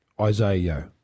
Isaiah